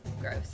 Gross